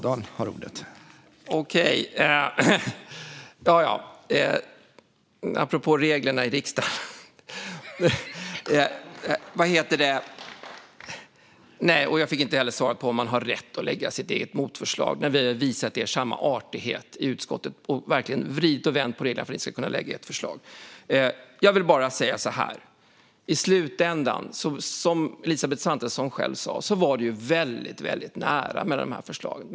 Jag ber om ursäkt.) Apropå reglerna i riksdagen. Jag fick inte heller svar på om man har rätt att lägga fram sitt eget motförslag. Vi har visat er samma artighet i utskottet och verkligen vridit och vänt på det hela för att ni ska kunna lägga fram ett förslag. Jag vill bara säga så här. I slutändan var det, som Elisabeth Svantesson själv sa, väldigt nära med förslagen.